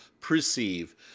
perceive